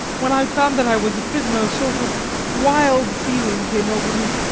when i found that i was a prisoner a sort of wild feeling came over me.